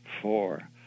Four